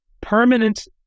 permanent